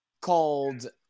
called